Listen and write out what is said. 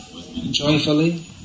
joyfully